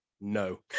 No